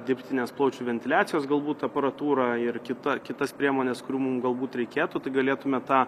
dirbtinės plaučių ventiliacijos galbūt aparatūrą ir kita kitas priemones kurių mum galbūt reikėtų tai galėtume tą